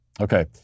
Okay